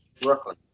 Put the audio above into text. Brooklyn